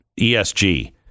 ESG